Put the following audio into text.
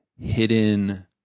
hidden